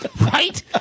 right